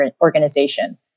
organization